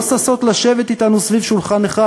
לא ששות לשבת אתנו סביב שולחן אחד?